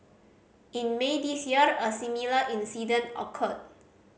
in May this year a similar incident occurred